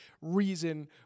reason